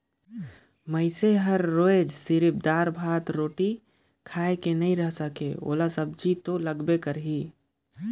मइनसे हर रोयज सिरिफ दारा, भात, रोटी खाए के नइ रहें सके ओला सब्जी तो लगबे करही